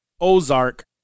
Ozark